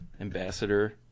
ambassador